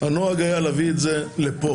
הנוהג היה להביא את זה לפה,